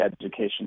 education